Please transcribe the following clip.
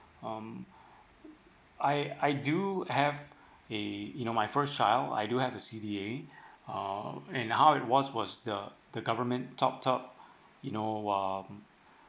um I I do have a you know my first child I do have the C_D_A uh and how it was was the the government top top you know um